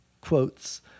quotes